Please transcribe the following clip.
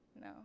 no